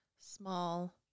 small